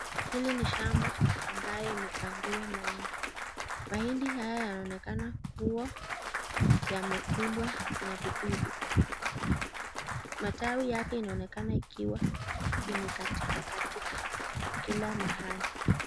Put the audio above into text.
Hili ni shamba ambayo imepandiwa mahindi. Mahindi haya yanaonekana kuwa yamekulwa na vidudu. Matawi yake inaonekana ikiwa imekatika katika kila mahali.